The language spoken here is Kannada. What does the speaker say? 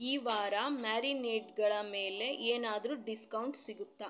ಈ ವಾರ ಮ್ಯಾರಿನೇಡ್ಗಳ ಮೇಲೆ ಏನಾದರು ಡಿಸ್ಕೌಂಟ್ ಸಿಗುತ್ತಾ